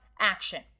action